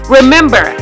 Remember